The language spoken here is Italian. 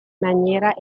maniera